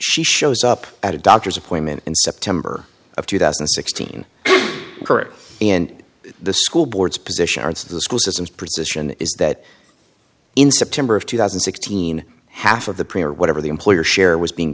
she shows up at a doctor's appointment in september of two thousand and sixteen correct and the school board's position are it's the school systems position is that in september of two thousand and sixteen half of the printer whatever the employer share was being